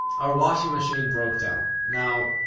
our washing machine broke down. now,